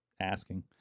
asking